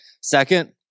Second